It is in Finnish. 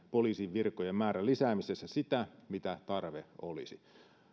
poliisin virkojen määrän lisäämisessä lähellekään sitä mitä tarve olisi